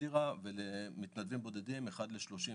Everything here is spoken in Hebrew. בדירה ולמתנדבים בודדים 1 ל-30 בדירה.